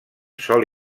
sol